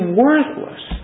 worthless